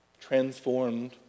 transformed